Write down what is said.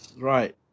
Right